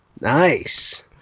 Nice